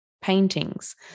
paintings